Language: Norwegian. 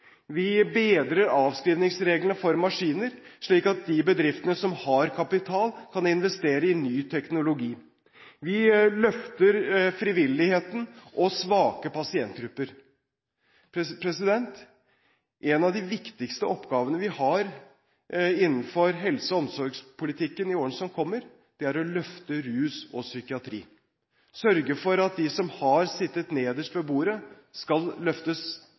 Vi bedrer avskrivningsreglene for maskiner, slik at de bedriftene som har kapital, kan investere i ny teknologi. Vi løfter frivilligheten og svake pasientgrupper. En av de viktigste oppgavene vi har innenfor helse- og omsorgspolitikken i årene som kommer, er å løfte rus og psykiatri – sørge for at de som har sittet nederst ved bordet,